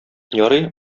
ярый